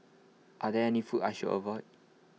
are there any foods I should avoid